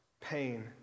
pain